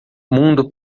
mundo